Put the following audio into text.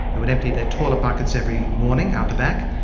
they would empty their toilet buckets every morning out the back.